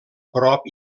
prop